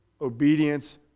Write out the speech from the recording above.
Obedience